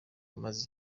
amaze